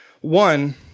one